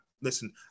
listen